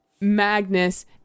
Magnus